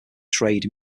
trade